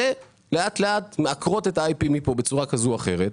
ולאט לאט מעקרות את ה-IP מכאן בצורה כזו או אחרת,